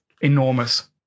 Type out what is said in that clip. Enormous